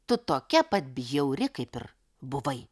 tu tokia pat bjauri kaip ir buvai